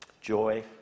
joy